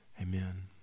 Amen